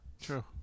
True